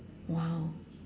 !wow!